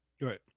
Right